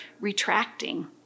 retracting